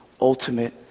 ultimate